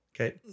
Okay